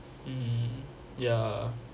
mm ya